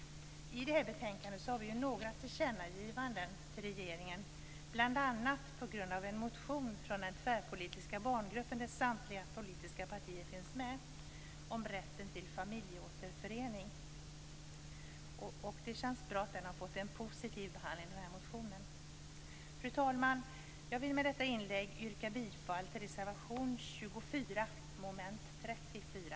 I detta betänkande har vi några tillkännagivanden till regeringen, bl.a. på grund av en motion från den tvärpolitiska barngruppen, där samtliga politiska partier finns med, om rätten till familjeåterförening. Det känns bra att motionen fått en positiv behandling. Fru talman! Jag vill med detta inlägg yrka bifall till reservation 24 under mom. 34.